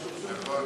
נכון.